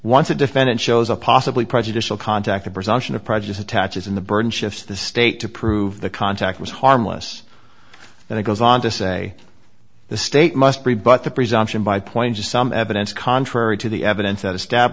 once a defendant shows a possibly prejudicial contact the presumption of prejudice attaches in the burden shifts the state to prove the contact was harmless then it goes on to say the state must be but the presumption by point is some evidence contrary to the evidence that estab